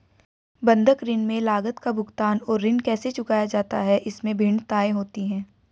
बंधक ऋण में लागत का भुगतान और ऋण कैसे चुकाया जाता है, इसमें भिन्नताएं होती हैं